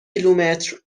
کیلومتر